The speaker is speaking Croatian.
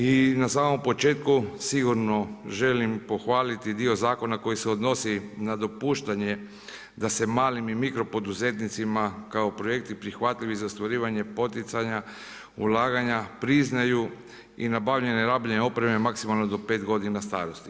I na samom početku sigurno želim pohvaliti dio zakona koji se odnosi na dopuštanje da se malim i mikro poduzetnicima kao projekti prihvatljivi za ostvarivanje poticanja ulaganja priznaju i nabavljanje rabljene opreme maksimalno do pet godina starosti.